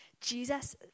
Jesus